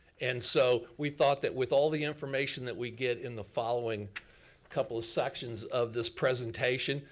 and so we thought that with all the information that we get in the following couple of sections of this presentation,